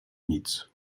nic